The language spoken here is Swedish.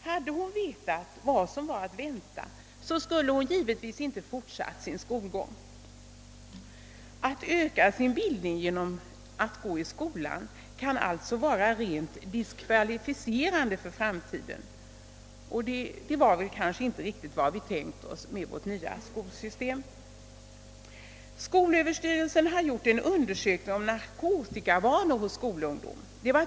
Hade hon vetat vad som var att vänta skulle hon givetvis inte fortsatt sin skolgång. Att öka sin bildning genom att gå i skolan kan alltså vara rent diskvalificerande för framtiden. Det var väl inte riktigt vad vi tänkt oss med vårt nya skolsystem. Skolöverstyrelsen har gjort en undersökning om =:narkotikavanor hos skolungdom.